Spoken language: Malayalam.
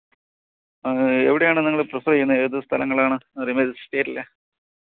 എവിടെയാണ് നിങ്ങൾ പ്രിഫർ ചെയ്യുന്നത് ഏതു സ്ഥലങ്ങളാണ് നിങ്ങൾ സ്റ്റേയ്റ്റിൽ